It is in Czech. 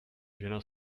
žena